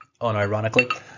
unironically